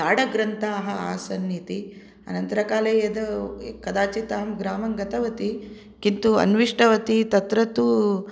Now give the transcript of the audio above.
ताडग्रन्थाः आसन् इति अनन्तरकाले यद् कदाचित् अहं ग्रामं गतवती किन्तु अन्विष्टवती तत्र तु